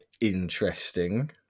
interesting